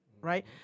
right